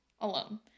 Alone